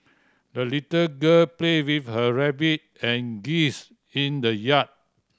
the little girl played with her rabbit and geese in the yard